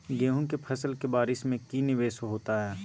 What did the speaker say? गेंहू के फ़सल के बारिस में की निवेस होता है?